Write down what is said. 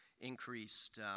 increased